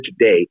today